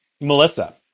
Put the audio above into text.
Melissa